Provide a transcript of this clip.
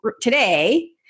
today